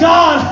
God